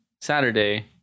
Saturday